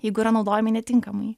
jeigu yra naudojami netinkamai